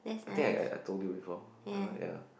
I think I I I told you before uh ya